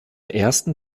ersten